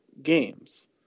games